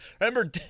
Remember